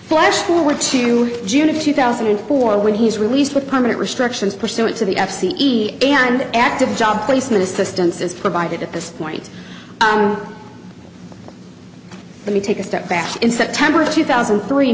flash forward to june of two thousand and four when he was released with permanent restrictions pursuant to the f c e and active job placement assistance is provided at this point let me take a step back in september of two thousand and three